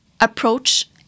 approach